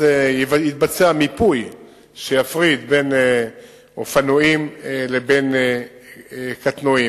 אז יתבצע מיפוי שיפריד בין אופנועים לבין קטנועים.